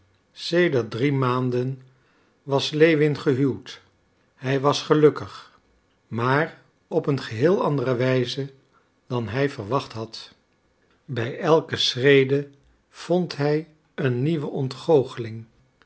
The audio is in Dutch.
sedert drie maanden was lewin gehuwd hij was gelukkig maar op een geheel andere wijze dan hij verwacht had bij elke schrede vond hij een nieuwe ontgoocheling